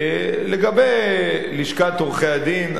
לגבי לשכת עורכי-הדין,